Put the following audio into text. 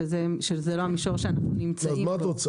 שזה לא המישור שאנחנו נמצאים בו.